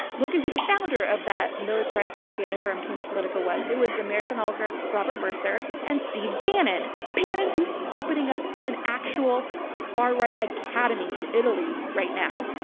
look at who the founder of that militarized propaganda from cambridge analytica was. it was american oligarch robert mercer and steve bannon, bannon who's opening up an actual far right academy in italy right now.